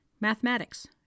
mathematics